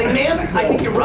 ah chance. i